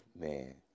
man